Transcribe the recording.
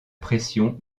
pression